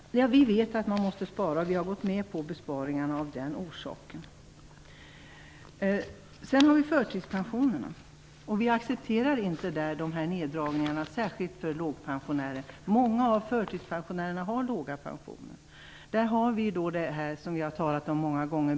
Vi vet att man måste spara. Vi har gått med på besparingarna av den orsaken. När det gäller förtidspensionerna accepterar vi inte neddragningarna särskilt för personer med låga pensioner. Många av förtidspensionärerna har låga pensioner. Här återfinns det brutna taket, som vi har talat om många gånger.